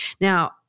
Now